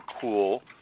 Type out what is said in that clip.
cool